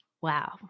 Wow